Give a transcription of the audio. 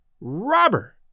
Robber